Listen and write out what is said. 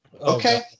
Okay